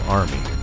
army